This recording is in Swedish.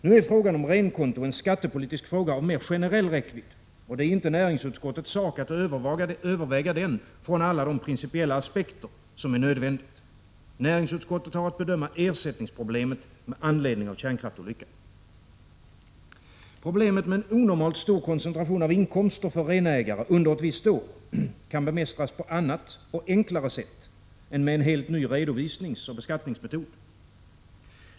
Nu är frågan om renkonto en skattepolitisk fråga av mer generell räckvidd, och det är inte näringsutskottets sak att överväga den från alla principiella aspekter, som är nödvändiga. Näringsutskottet har att bedöma ersättningsproblemet med anledning av kärnkraftsolyckan. Problemet med en onormalt stor koncentration av inkomster för renägare under ett visst år kan bemästras på annat och enklare sätt än med en helt ny redovisningsoch beskattningsmetod.